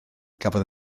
cafodd